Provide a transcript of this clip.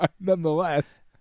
Nonetheless